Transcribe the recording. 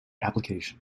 application